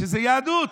כשזה יהדות.